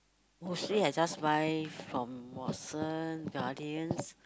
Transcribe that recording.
mostly I just buy from Watson Guardians